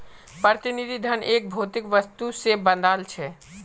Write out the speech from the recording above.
प्रतिनिधि धन एक भौतिक वस्तु से बंधाल छे